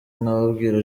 nkababwira